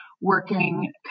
working